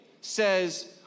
says